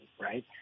right